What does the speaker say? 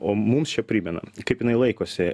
o mums čia primena kaip jinai laikosi